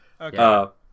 okay